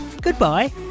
goodbye